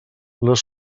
les